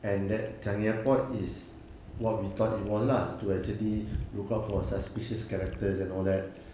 and that changi airport is what we thought it was lah to actually look out for suspicious characters and all that